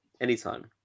anytime